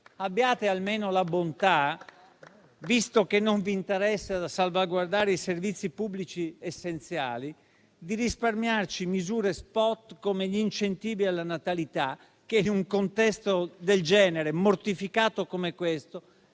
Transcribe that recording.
Abbiate almeno la bontà, visto che non vi interessa salvaguardare i servizi pubblici essenziali, di risparmiarci misure *spot*, come gli incentivi alla natalità, che in un contesto del genere, mortificato come questo,